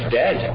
dead